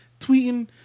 tweeting